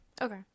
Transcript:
Okay